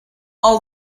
all